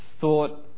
thought